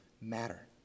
matter